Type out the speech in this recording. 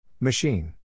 Machine